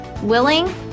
willing